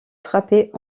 frapper